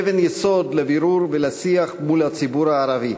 אבן יסוד לבירור ולשיח מול הציבור הערבי,